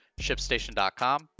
ShipStation.com